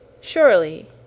surely